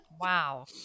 Wow